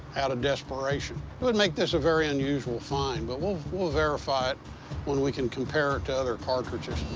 out of desperation. it would make this a very unusual find, but we'll we'll verify it when we can compare it to other cartridges.